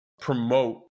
promote